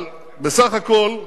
אבל בסך הכול,